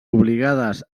obligades